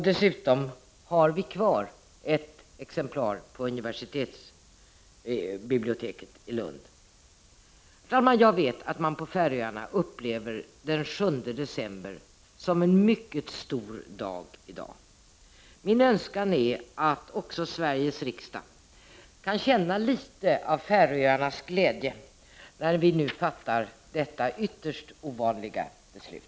Dessutom har vi kvar ett exemplar på universitetsbiblioteket i Lund. Herr talman! Jag vet att man på Färöarna upplever den här dagen, den 7 december, som en mycket stor dag. Min önskan är att också Sveriges riksdag kan känna litet av Färöarnas glädje, när vi nu fattar detta ytterst ovanliga beslut.